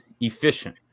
efficient